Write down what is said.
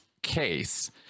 case